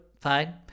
Fine